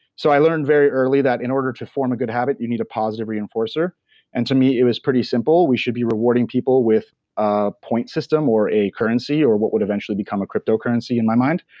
so i learned very early that in order to form a good habit, you need a positive reinforcer and to me, it was pretty simple. we should be rewarding people with a point system or a currency or what would eventually become a crypto currency in my mind.